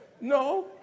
No